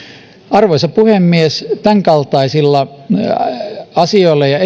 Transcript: arvoisa puhemies tämänkaltaisilla asioilla ja